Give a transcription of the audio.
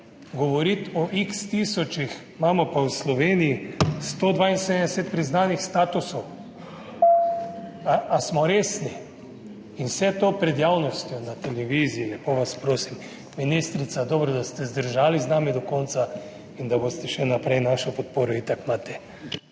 govoriti o x tisočih, imamo pa v Sloveniji 172 priznanih statusov. Ali smo resni? In vse to pred javnostjo na televiziji, lepo vas prosim?! Ministrica, dobro, da ste zdržali z nami do konca in da boste še naprej, našo podporo itak imate.